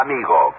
Amigo